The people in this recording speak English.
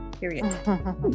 Period